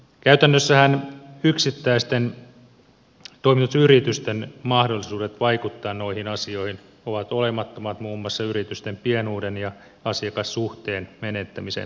käytännössähän yksittäisten toimitusyritysten mahdollisuudet vaikuttaa noihin asioihin ovat olemattomat muun muassa yritysten pienuuden ja asiakassuhteen menettämisen pelossa